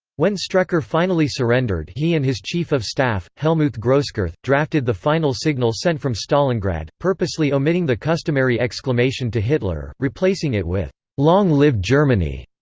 when strecker finally surrendered he and his chief of staff, helmuth groscurth, drafted the final signal sent from stalingrad, purposely omitting the customary exclamation to hitler, replacing it with long live germany!